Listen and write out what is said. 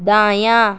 دایاں